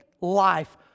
life